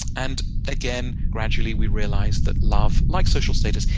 and again, gradually, we realize that love, like social status,